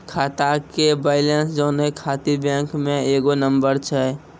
खाता के बैलेंस जानै ख़ातिर बैंक मे एगो नंबर छै?